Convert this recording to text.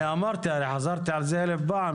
אמרתי וחזרתי על זה אלף פעם,